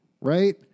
right